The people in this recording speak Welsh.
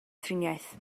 triniaeth